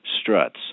Struts